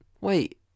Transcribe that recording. wait